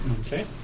Okay